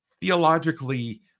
theologically